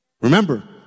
Remember